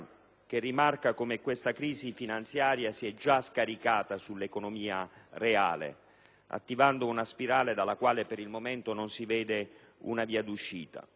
che rimarca come questa crisi finanziaria si è già scaricata sull'economia reale, attivando una spirale dalla quale per il momento non si vede una via d'uscita.